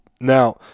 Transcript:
Now